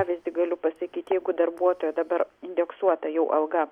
pavyzdį galiu pasakyti jeigu darbuotojo dabar indeksuota jau alga